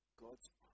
God's